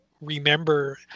remember